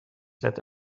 that